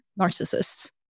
narcissists